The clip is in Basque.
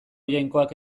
jainkoak